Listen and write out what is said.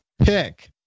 pick